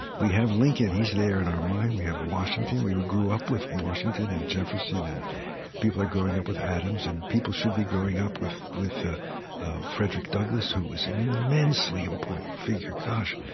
we have lincoln, he's there in our mind we have washington, we we grew up with washington and jefferson, and people are growing up with adams, and people should be growing up with with ah frederick douglass, who was an immensely important figure. gosh,